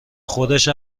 خودش